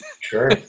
Sure